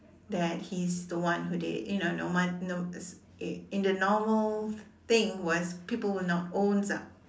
that he's the one who did it you know you know in in the normal thing was people will not owns up